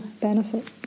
benefit